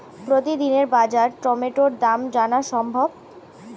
প্রতিদিনের বাজার টমেটোর দাম জানা সম্ভব?